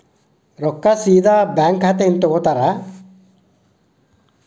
ರೊಕ್ಕಾ ಸೇದಾ ಬ್ಯಾಂಕ್ ಖಾತೆಯಿಂದ ತಗೋತಾರಾ?